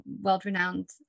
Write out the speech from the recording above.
world-renowned